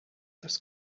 das